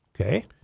Okay